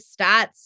stats